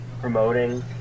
promoting